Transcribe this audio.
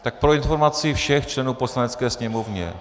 Tak pro informaci všech členů v Poslanecké sněmovně.